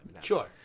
Sure